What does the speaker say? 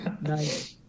Nice